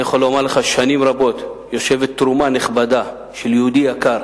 אני יכול לומר לך ששנים רבות יושבת תרומה נכבדה של יהודי יקר